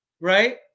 right